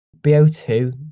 BO2